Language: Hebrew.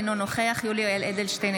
אינו נוכח יולי יואל אדלשטיין,